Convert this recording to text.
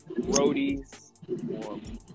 roadies